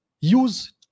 use